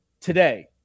today